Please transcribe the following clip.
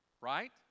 Right